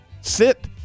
sit